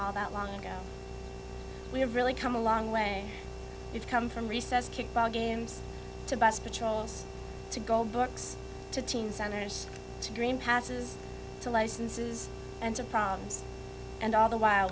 all that long ago we have really come a long way you've come from recess kickball games to bust patrols to go books to teen centers to dream passes to licenses and some problems and all the while